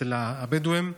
אצל הבדואים,